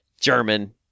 german